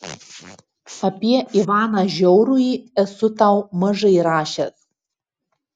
apie ivaną žiaurųjį esu tau mažai rašęs